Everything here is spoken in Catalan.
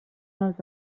els